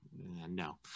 No